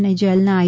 અને જેલના આઈ